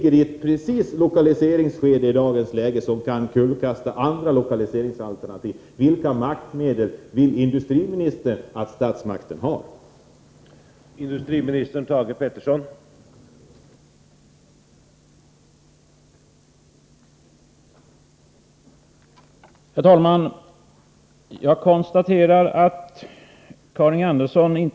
En sådan lokalisering kan i dagens läge kullkasta andra lokaliseringsalternativ. Vilka maktmedel vill industriministern att statsmakten skall ha?